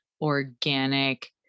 organic